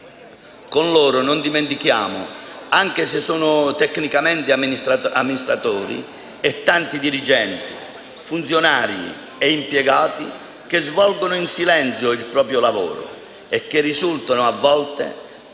Non dimentichiamo neanche, anche se non sono tecnicamente amministratori, i tanti dirigenti, funzionari e impiegati che svolgono in silenzio il proprio lavoro e che risultano a volte parte